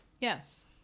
yes